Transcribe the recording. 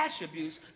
attributes